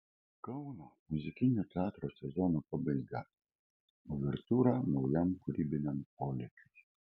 kauno muzikinio teatro sezono pabaiga uvertiūra naujam kūrybiniam polėkiui